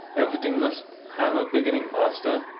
everything must have a beginning master,